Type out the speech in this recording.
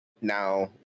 Now